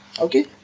Okay